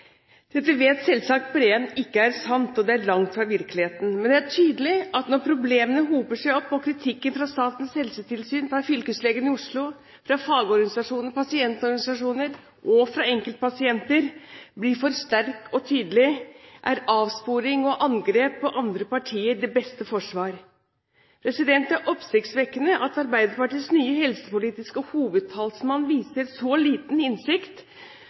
Dette vet selvsagt Breen at ikke er sant – og det er langt fra virkeligheten. Men det er tydelig at når problemene hoper seg opp, og kritikken fra Statens helsetilsyn, fra fylkeslegen i Oslo, fagorganisasjoner, pasientorganisasjoner og enkeltpasienter blir for sterk og tydelig, er avsporing og angrep på andre partier det beste forsvar. Det er oppsiktsvekkende at Arbeiderpartiets nye helsepolitiske hovedtalsmann viser så liten innsikt